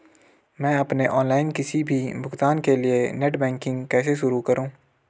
मैं अपने ऑनलाइन किसी भी भुगतान के लिए नेट बैंकिंग कैसे शुरु करूँ?